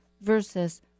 versus